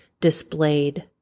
displayed